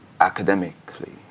academically